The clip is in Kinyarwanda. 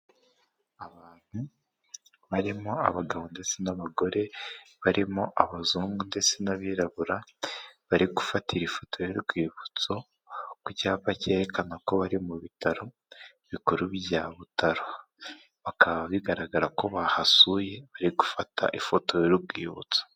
Abantu barimo abagabo ndetse n'abagore, barimo abazungu ndetse n'abirabura bari gufatira ifoto y'urwibutso ku cyapa cyerekana ko bari mu bitaro bikuru bya Butaro, bakaba bigaragara ko bahasuye, bari gufata ifoto y'urwibutso.